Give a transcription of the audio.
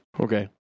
Okay